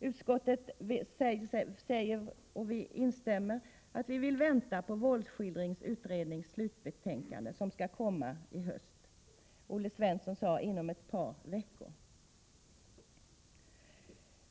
Utskottet säger, och vi instämmer, att man vill vänta på våldsskildringsutredningens slutbetänkande, som skall komma i höst — enligt Olle Svensson inom ett par veckor.